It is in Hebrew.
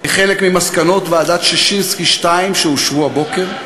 כחלק ממסקנות ועדת ששינסקי 2 שאושרו הבוקר,